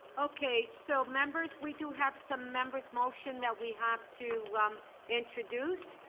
okay, so members, we do have some members motion that we have to um introduce.